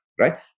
right